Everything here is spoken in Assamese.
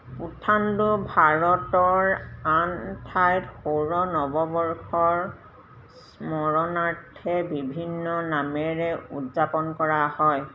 পুথাণ্ডু ভাৰতৰ আন ঠাইত সৌৰ নৱবৰ্ষৰ স্মৰণাৰ্থে বিভিন্ন নামেৰে উদযাপন কৰা হয়